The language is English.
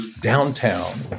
downtown